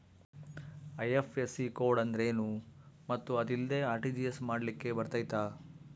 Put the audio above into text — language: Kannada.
ಐ.ಎಫ್.ಎಸ್.ಸಿ ಕೋಡ್ ಅಂದ್ರೇನು ಮತ್ತು ಅದಿಲ್ಲದೆ ಆರ್.ಟಿ.ಜಿ.ಎಸ್ ಮಾಡ್ಲಿಕ್ಕೆ ಬರ್ತೈತಾ?